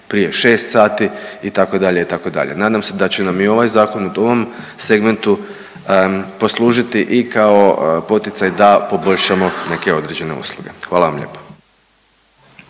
prije 6 sati itd., itd. Nadam se da će nam i ovaj zakon u ovom segmentu poslužiti i kao poticaj da poboljšamo neke određene usluge. Hvala vam lijepo.